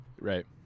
Right